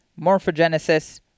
morphogenesis